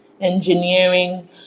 engineering